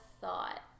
thought